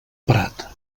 prat